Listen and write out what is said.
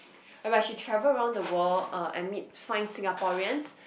whereby she travel around the world uh and meet find Singaporeans